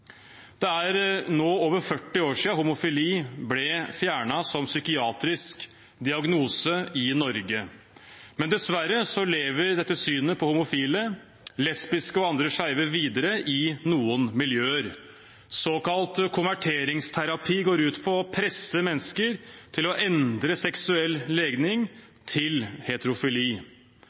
Det er nå over 40 år siden homofili ble fjernet som psykiatrisk diagnose i Norge, men dessverre lever dette synet på homofile, lesbiske og andre skeive videre i noen miljøer. Såkalt konverteringsterapi går ut på å presse mennesker til å endre seksuell legning til